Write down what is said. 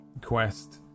quest